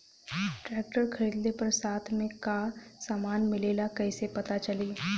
Tractor खरीदले पर साथ में का समान मिलेला कईसे पता चली?